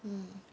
mm